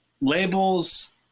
labels